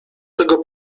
tego